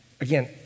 Again